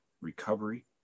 recovery